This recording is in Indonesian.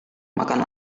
makan